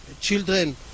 Children